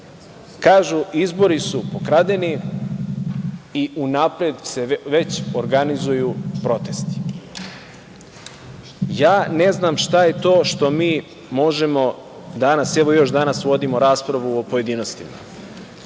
kažu – izbori su pokradeni i unapred se već organizuju protesti. Ne znam šta je to što mi možemo danas, evo još danas vodimo raspravu u pojedinostima,